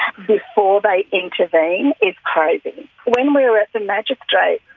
before they intervene is crazy. when we were at the magistrates',